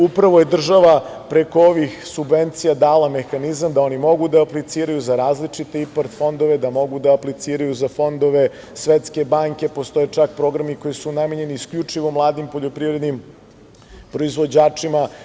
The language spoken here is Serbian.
Upravo je država preko ovih subvencija dala mehanizam da oni mogu da apliciraju za različite IPARD fondove, da mogu da apliciraju za fondove Svetske banke, a postoje i čak programi koji su namenjeni isključivo mladim poljoprivrednim proizvođačima.